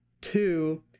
Two